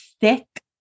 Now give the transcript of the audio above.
thick